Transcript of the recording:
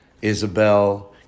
Isabel